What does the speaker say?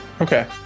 Okay